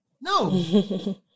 No